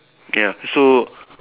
ya so